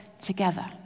together